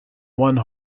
one